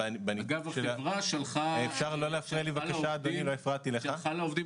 החברה שלחה לעובדים